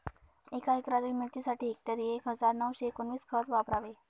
एका एकरातील मिरचीसाठी हेक्टरी एक हजार नऊशे एकोणवीस खत वापरावे